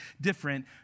different